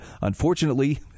Unfortunately